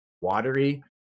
watery